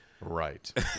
Right